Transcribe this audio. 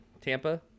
tampa